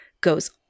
goes